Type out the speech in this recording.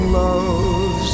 love